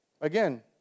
Again